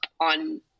on